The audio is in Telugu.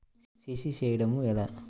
సి.సి చేయడము ఎలా?